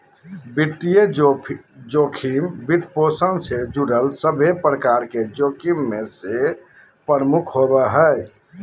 वित्तीय जोखिम, वित्तपोषण से जुड़ल सभे प्रकार के जोखिम मे से प्रमुख होवो हय